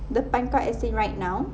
depan kau as in right now